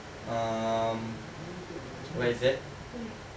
um what is that